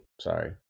Sorry